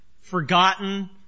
forgotten